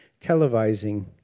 televising